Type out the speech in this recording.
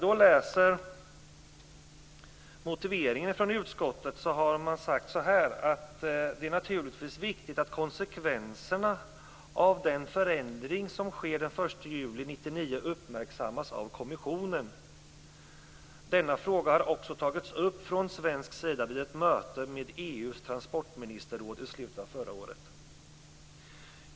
I motiveringen från utskottets sida säger man: "Det är naturligtvis viktigt att konsekvenserna av den förändring som sker den 1 juli 1999 uppmärksammas av kommissionen. Denna fråga har också tagits upp från svensk sida vid ett möte med EU:s transportministerråd i slutet av förra året."